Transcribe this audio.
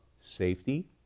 safety